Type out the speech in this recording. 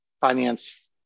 finance